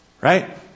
right